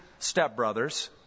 stepbrothers